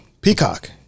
Peacock